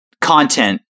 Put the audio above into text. content